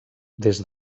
des